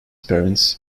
parents